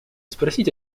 спросить